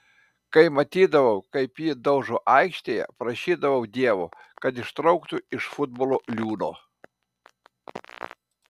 kai matydavau kaip jį daužo aikštėje prašydavau dievo kad ištrauktų iš futbolo liūno